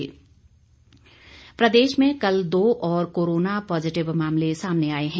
corona positive प्रदेश में कल दो और कोरोना पॉजिटिव मामले सामने आए हैं